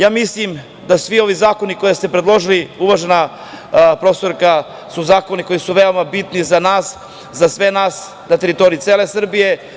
Ja mislim da svi ovi zakoni koje ste predložili, uvažena profesorka, su zakoni koji su veoma bitni za nas, za sve nas na teritoriji cele Srbije.